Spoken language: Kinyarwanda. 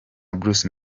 bruce